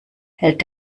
hält